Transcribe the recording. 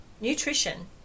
nutrition